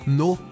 no